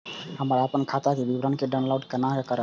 हम अपन खाता के विवरण के डाउनलोड केना करब?